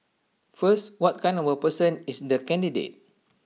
first what kind of person is the candidate